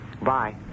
Bye